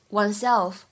oneself 。